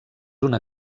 una